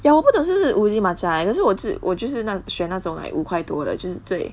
ya 我不懂是不是 uji matcha eh 可是我就是我就是那选那种 like 五块多的就是最